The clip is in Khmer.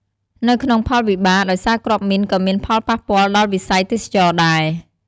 នៅក្នុងផលវិបានដោយសារគ្រាប់មីនក៏មានផលប៉ះពាល់ដល់វិស័យទេសចរណ៍ដែរ។